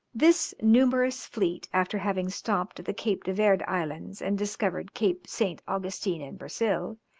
this numerous fleet, after having stopped at the cape de verd islands and discovered cape st. augustine in brazil,